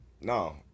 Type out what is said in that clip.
no